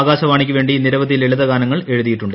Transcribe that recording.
ആകാശവാണിക്കുവേണ്ടി നിരവധി ലളിതഗാനങ്ങൾ എഴുതിയിട്ടുണ്ട്